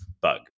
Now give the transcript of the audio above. bug